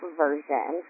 version